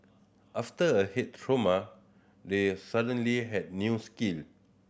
after a head trauma they suddenly had new skin